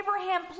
Abraham